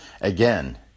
Again